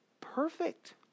perfect